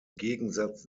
gegensatz